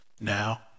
Now